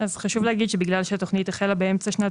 אז חשוב להגיד שבגלל שהתכנית החלה באמצע שנת